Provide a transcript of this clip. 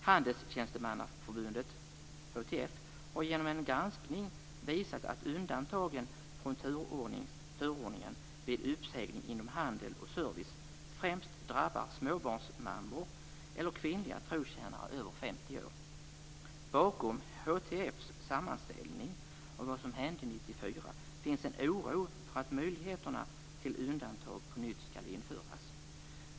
Handelstjänstemannaförbundet, HTF, har genom en granskning visat att undantagen från turordningen vid uppsägning inom handel och service främst drabbar småbarnsmammor eller kvinnliga trotjänare över 50 år. Bakom HTF:s sammanställning av vad som hände 1994 finns en oro för att möjligheterna till undantag på nytt skall införas.